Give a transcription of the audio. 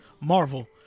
Marvel